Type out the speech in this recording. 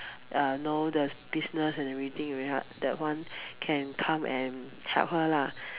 uh know the business and everything already lah that one can come and help her lah